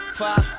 five